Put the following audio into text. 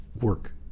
work